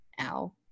Ow